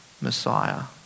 Messiah